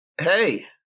Hey